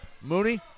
Mooney